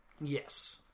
Yes